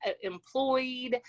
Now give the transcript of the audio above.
employed